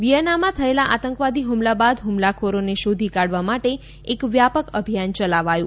વિયનામાં થયેલા આતંકવાદી હ્મલા બાદ હ્મલાખોરોને શોધી કાઢવા માટે એક વ્યાપક અભિયાન ચલાવાયું